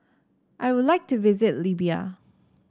I would like to visit Libya